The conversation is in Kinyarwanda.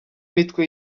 mitwe